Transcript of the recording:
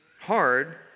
hard